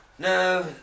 No